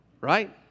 right